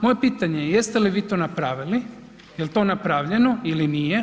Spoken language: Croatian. Moje pitanje je, jeste li vi to napravili jel to napravljeno ili nije?